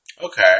Okay